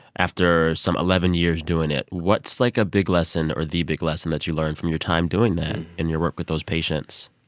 after some eleven years doing it. what's, like, a big lesson, or the big lesson, that you learned from your time doing that, in your work with those patients?